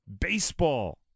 baseball